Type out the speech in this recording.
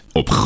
op